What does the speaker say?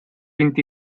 vint